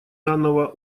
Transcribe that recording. данного